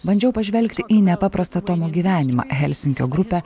bandžiau pažvelgti į nepaprastą tomo gyvenimą helsinkio grupę